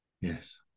yes